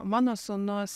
mano sūnus